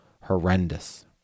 horrendous